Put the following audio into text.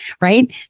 right